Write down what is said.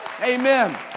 Amen